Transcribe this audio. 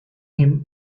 him